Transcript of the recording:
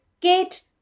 Kate